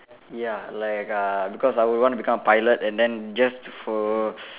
ya like uh because I would want to become a pilot and then just for